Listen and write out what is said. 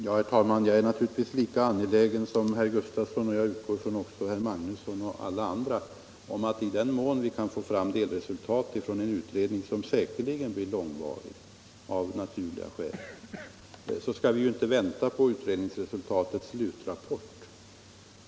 Herr talman! Jag är naturligtvis lika angelägen som herr Gustafson —- och jag förutsätter också som herr Magnusson och alla andra —- om att i den mån vi kan få fram delresultat från den utredning som säkerligen bli långvarig, av naturliga skäl, så kommer vi inte att vänta på utredningens slutrapport.